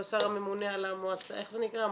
הוא השר הממונה על איך זה נקרא?